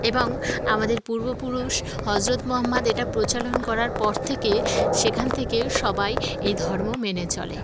এবং আমাদের পূর্বপুরুষ হযরত মহম্মদ এটা প্রচলন করার পর থেকে সেখান থেকে সবাই এই ধর্ম মেনে চলে